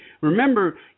Remember